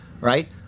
Right